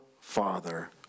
Father